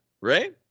right